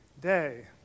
day